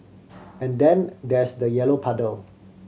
and then there's the yellow puddle